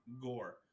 gore